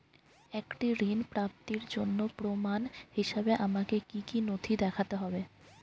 একটি ঋণ প্রাপ্তির জন্য প্রমাণ হিসাবে আমাকে কী কী নথি দেখাতে হবে?